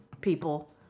people